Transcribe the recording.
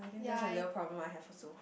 that's a little problem I have also